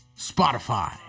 Spotify